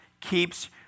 keeps